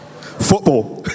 Football